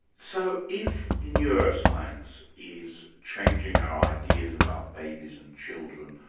so if neuroscience is changing our ideas about babies and children,